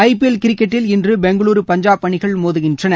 ஜ P L கிரிக்கெட்டில் இன்று பெங்களூ பஞ்சாப் அணிகள் மோதுகின்றன